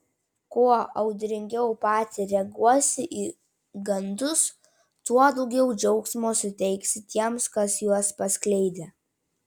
kuo audringiau pati reaguosi į gandus tuo daugiau džiaugsmo suteiksi tiems kas juos paskleidė